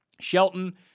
Shelton